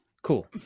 Cool